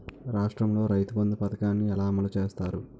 రాష్ట్రంలో రైతుబంధు పథకాన్ని ఎలా అమలు చేస్తారు?